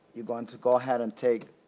you're going to go ahead and take